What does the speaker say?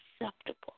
acceptable